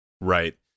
Right